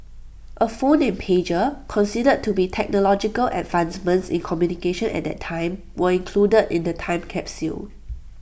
A phone and pager considered to be technological advancements in communication at that time were included in the time capsule